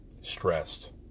stressed